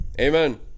amen